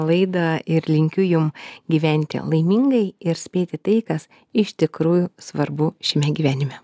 laidą ir linkiu jum gyventi laimingai ir spėti tai kas iš tikrųjų svarbu šiame gyvenime